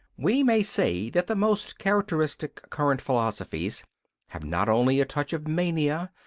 we may say that the most characteristic current philosophies have not only a touch of mania,